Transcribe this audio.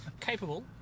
Capable